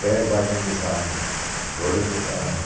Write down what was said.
band बाजन जे साण घोड़नि जे साण